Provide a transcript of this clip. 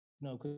No